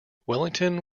wellington